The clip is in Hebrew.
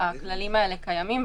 הכללים האלה קיימים.